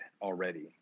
already